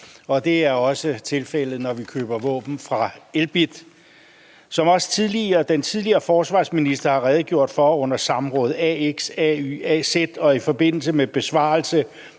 det er også tilfældet, når vi køber våben fra Elbit. Som også den tidligere forsvarsminister har redegjort for i forbindelse med besvarelse